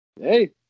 Hey